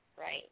Right